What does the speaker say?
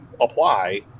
apply